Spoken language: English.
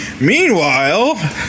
Meanwhile